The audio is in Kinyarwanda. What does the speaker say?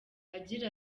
agira